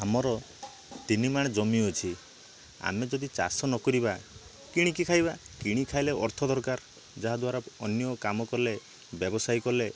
ଆମର ତିନିମାଣେ ଜମି ଅଛି ଆମେ ଯଦି ଚାଷ ନ କରିବା କିଣିକି ଖାଇବା କିଣିକି ଖାଇଲେ ଅର୍ଥ ଦରକାର ଯାହାଦ୍ୱାରା ଅନ୍ୟ କାମ କଲେ ବ୍ୟବସାୟୀ କଲେ